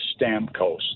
Stamkos